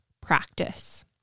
practice